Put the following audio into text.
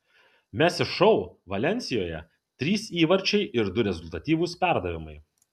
messi šou valensijoje trys įvarčiai ir du rezultatyvūs perdavimai